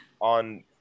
on